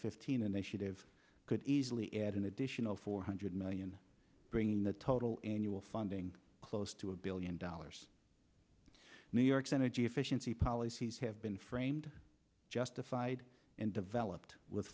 fifteen initiative could easily add an additional four hundred million bringing the total annual funding close to a billion dollars new york's energy efficiency policies have been framed justified and developed with